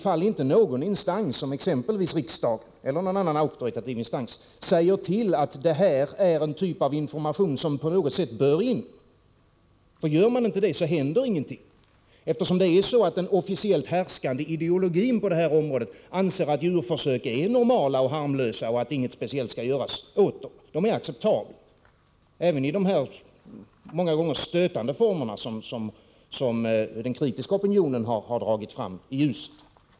Om inte någon auktoritativ instans, t.ex. riksdagen, förklarar att detta är en typ av information som på något sätt bör införas, händer ingenting, eftersom den officiellt härskande ideologin på detta område anser att djurförsök är normala och harmlösa och att ingenting speciellt skall göras åt dem; det gäller även de många gånger stötande former som den kritiska opinionen har dragit fram i ljuset.